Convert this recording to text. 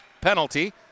penalty